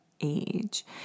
age